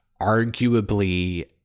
arguably